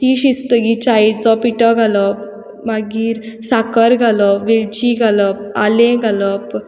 ती शिजतकीर च्यायेचो पिठो घालप मागीर साकर घालप वेलची घालप आलें घालप